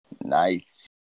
nice